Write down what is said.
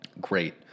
great